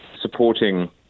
supporting